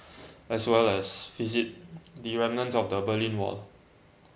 as well as visit the remnants of the berlin wall